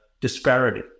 disparity